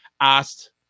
asked